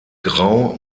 grau